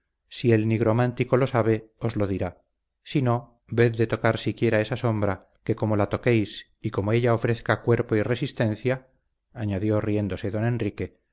si el nigromántico lo sabe os lo dirá si no ved de tocar siquiera esa sombra que como la toquéis y como ella ofrezca cuerpo y resistencia añadió riéndose don enrique